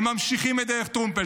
הם ממשיכים את דרך טרומפלדור.